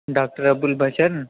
doctor Abu البشر